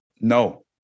No